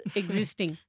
existing